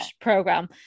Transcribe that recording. program